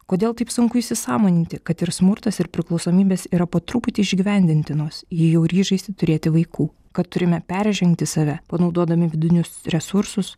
kodėl taip sunku įsisąmoninti kad ir smurtas ir priklausomybės yra po truputį išgyvendintinos jei jau ryžaisi turėti vaikų kad turime peržengti save panaudodami vidinius resursus